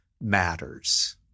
matters